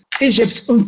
Egypt